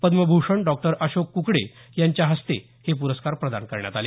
पद्मभूषण डॉ अशोक कुकडे यांच्या हस्ते हे पुरस्कार प्रदान करण्यात आले